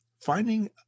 finding